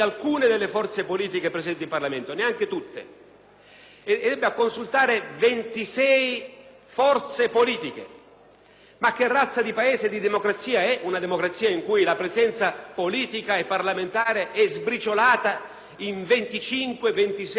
tutte - ovvero 26 forze politiche. Ma che razza di democrazia è un Paese in cui la presenza politica e parlamentare è sbriciolata in 26 forze politiche rappresentate in Parlamento?